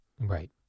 Right